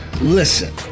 listen